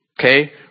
Okay